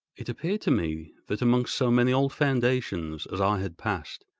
it appeared to me that, amongst so many old foundations as i had passed,